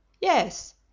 Yes